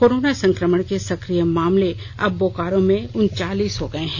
corona संक्रमण के सक्रिय मामले अब बोकारो में उनचालीस हो गए हैं